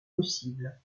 possible